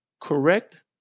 correct